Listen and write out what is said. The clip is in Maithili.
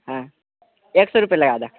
हॅं एक सए रुपआ लगा दऽ